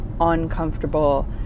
uncomfortable